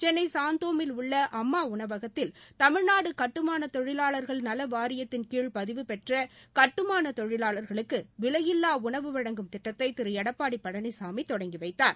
சென்னை சாந்தோமில் உள்ள அம்மா உணவகத்தில் தமிழ்நாடு கட்டுமான தொழிவாளர்கள் நல வாரியத்தின்கீழ் பதிவு பெற்ற கட்டுமான தொழிலாளர்களுக்கு விலையில்லா உணவு வழங்கும் திட்டத்தை திரு எடப்பாடி பழனிசாமி தொடங்கிவைத்தார்